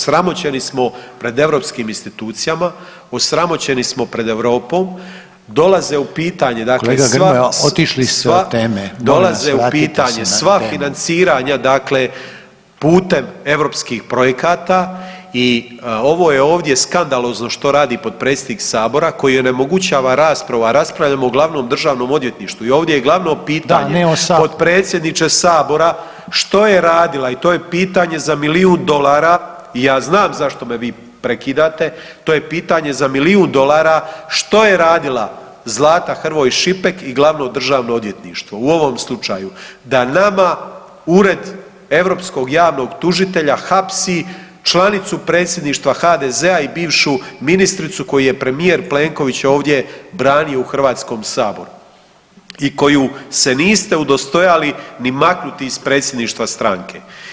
Osramoćeni smo pred EU institucijama, osramoćeni smo pred Europom, dolaze u pitanje, dakle sva [[Upadica: Kolega Grmoja, otišli ste od teme.]] sva, dolaze u pitanje sva financiranja [[Upadica: Molim vas, vratite se na temu.]] dakle putem EU projekata i ovo je ovdje skandalozno što radi potpredsjednik Sabora koji onemogućava raspravu, a raspravljamo o glavnom državnom odvjetništvu i ovdje je glavno pitanje [[Upadica: Da, a ne o Saboru.]] potpredsjedniče Sabora, što je radila i to je pitanje za milijun dolara i ja znam zašto me vi prekidate, to je pitanje za milijun dolara, što je radila Zlata Hrvoj Šipek i glavno državno odvjetništvo u ovom slučaju, da nama Ured europskog javnog tužitelja hapsi članicu Predsjedništva HDZ-a i bivšu ministricu koju je premijer Plenković ovdje branio u HS-u i koju se niste udostojali ni maknuti iz predsjedništva stranke.